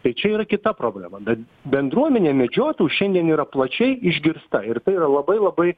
tai čia yra kita problema bet bendruomenė medžiotojų šiandien yra plačiai išgirsta ir tai yra labai labai